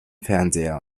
fernseher